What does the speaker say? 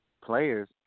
players